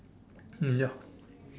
mm ya